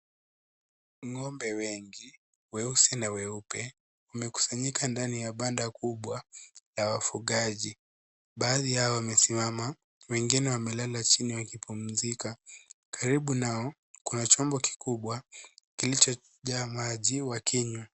Ng'ombe wengi, weusi na weupe wamekusanyika ndani ya banda kubwa la wafugaji, baadhi yao wamesimama wengine wamelala chini wakipumzika, karibu nao, kuna chombo kikubwa kilichojaa maji wakinywa.